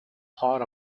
part